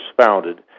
founded